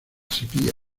sequía